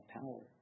power